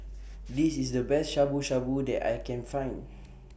This IS The Best Shabu Shabu that I Can Find